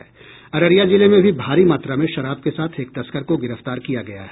अररिया जिले में भी भारी मात्रा में शराब के साथ एक तस्कर को गिरफ्तार किया गया है